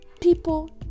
people